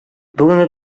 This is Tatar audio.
бүгенге